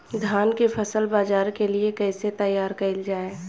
धान के फसल बाजार के लिए कईसे तैयार कइल जाए?